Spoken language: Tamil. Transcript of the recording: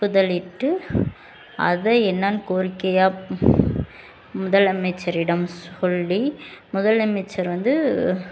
ஒப்புதலிட்டு அதை என்னன்னு கோரிக்கையாக முதலமைச்சரிடம் சொல்லி முதலமைச்சர் வந்து